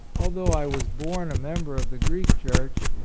although i was born a member of the greek church,